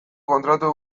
kontratu